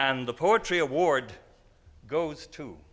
and the poetry award goes to